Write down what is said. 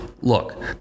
Look